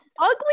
ugly